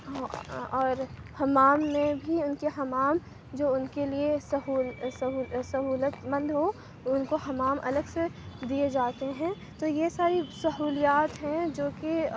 اور حمام میں بھی ان کے حمام جو ان کے لیے سہولت مند ہوں ان کو حمام الگ سے دیے جاتے ہیں تو یہ ساری سہولیات ہیں جو کہ